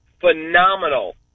phenomenal